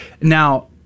Now